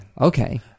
Okay